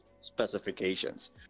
specifications